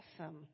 Awesome